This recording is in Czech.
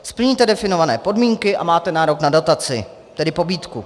Splníte definované podmínky a máte nárok na dotaci, tedy pobídku.